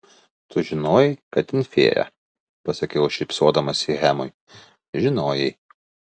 tu žinojai kad ten fėja pasakiau šypsodamasi hemui žinojai